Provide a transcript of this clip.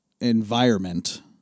environment